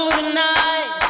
tonight